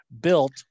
built